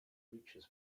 reaches